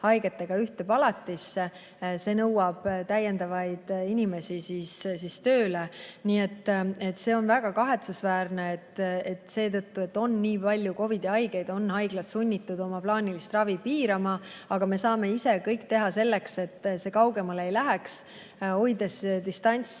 haigetega ühte palatisse. See nõuab täiendavaid inimesi tööle. Nii et on väga kahetsusväärne, et seetõttu, et on nii palju COVID-i haigeid, on haiglad sunnitud oma plaanilist ravi piirama. Aga me kõik saame anda oma panuse, et see kaugemale ei läheks, hoides distantsi,